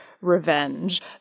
revenge